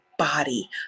Body